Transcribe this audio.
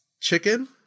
chicken